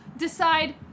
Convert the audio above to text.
Decide